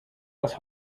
das